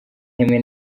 imwe